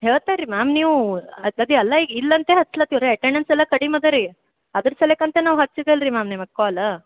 ಹೇಳ್ತರೆ ರೀ ಮ್ಯಾಮ್ ನೀವು ಅದು ಅಲ್ಲ ಈಗ ಇಲ್ಲಂತೇ ಹಚ್ಲತಿವಿ ರೀ ಅಟೆಂಡೆನ್ಸ್ ಎಲ್ಲ ಕಡಿಮೆ ಅದ ರೀ ಅದ್ರ ಸಲೇಕಂತ ನಾವು ಹಚ್ಚಿದ್ದು ಅಲ್ರಿ ಮ್ಯಾಮ್ ನಿಮ್ಗೆ ಕಾಲ್